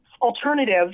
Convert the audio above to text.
alternative